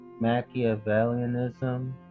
machiavellianism